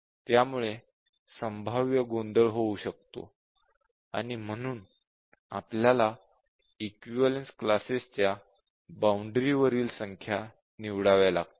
त्यामुळे संभाव्य गोंधळ होऊ शकतो आणि म्हणून आपल्याला इक्विवलेन्स क्लासेसच्या बाउंडरीवरील संख्या निवडाव्या लागतील